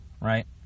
right